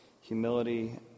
Humility